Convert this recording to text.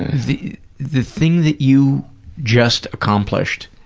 the the thing that you just accomplished.